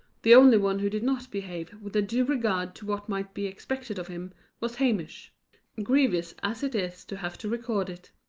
the only one who did not behave with a due regard to what might be expected of him, was hamish grievous as it is to have to record it.